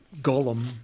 Gollum